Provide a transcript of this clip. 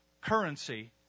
currency